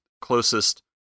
closest